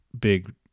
big